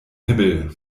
himmel